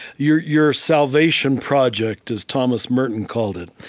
your your salvation project, as thomas merton called it,